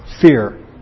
fear